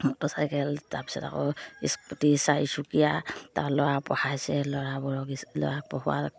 motorcycle তাৰপিছত আকৌ scooty চাৰিচকীয়া তাৰ ল'ৰা পঢ়াইছে ল'ৰাবোৰক ল'ৰাক পঢ়োৱাৰ